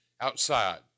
Outside